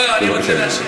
לא לא, אני רוצה להשיב.